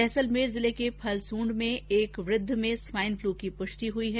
जैसलमेर जिले के फलसूण्ड के एक वृद्ध में स्वाइनफ्लू की पुष्टि हुई है